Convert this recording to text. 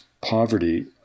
poverty